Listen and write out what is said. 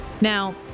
Now